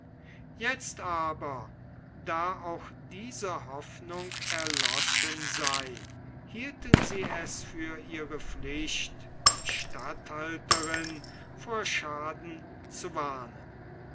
jetzt aber da auch diese hoffnung erloschen sei hielten sie es für ihre pflicht die statthalterin vor schaden zu warnen